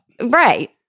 Right